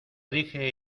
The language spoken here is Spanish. dije